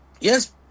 yes